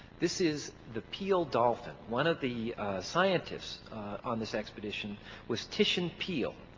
this is the peale dolphin. one of the scientists on this expedition was titian peale,